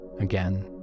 Again